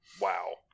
wow